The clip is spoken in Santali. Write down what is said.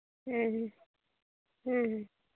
ᱦᱩᱸ ᱦᱩᱸ ᱦᱩᱸ ᱦᱩᱸ